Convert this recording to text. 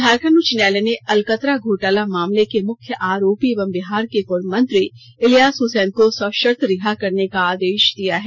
झारखंड उच्च न्यायालय ने अलकतरा घोटाला मामले के मुख्य आरोपी एवं बिहार के पूर्व मंत्री इलियास हुसैन को सशर्त रिहा करने का आदेश दिया है